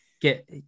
get